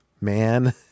man